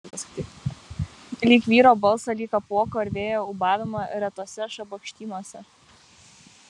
lyg vyro balsą lyg apuoko ar vėjo ūbavimą retuose šabakštynuose